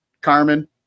Carmen